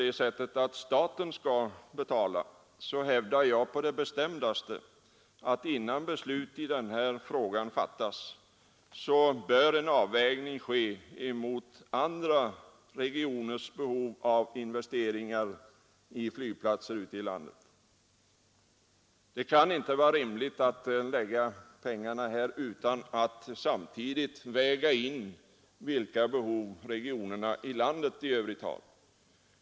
Om staten skall betala, hävdar jag på det bestämdaste att innan beslut i denna fråga fattas bör en avvägning ske mot andra regioners behov av investeringar i flygplatser ute i landet. Det kan inte vara rimligt att lägga pengarna på detta utan att samtidigt väga in vilka behov regionerna i landet i övrigt har.